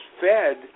fed